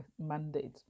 mandate